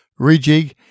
Rejig